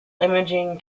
imaging